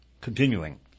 continuing